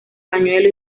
pañuelo